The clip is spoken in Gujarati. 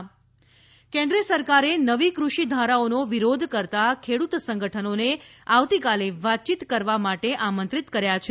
ખેડૂત વાતચીત કેન્દ્ર સરકારે નવી કૃષિધારાઓનો વિરોધ કરતા ખેડૂત સંગઠનોને આવતીકાલે વાતચીત કરવા માટે આમંત્રિત કર્યા છે